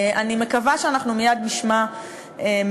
אני מקווה שאנחנו מייד נשמע מהשר